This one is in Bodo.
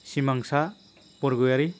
सिमांसा बरगयारी